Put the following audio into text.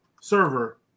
server